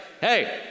hey